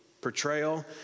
portrayal